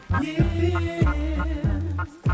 years